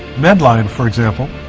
med-line for example